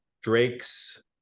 Drakes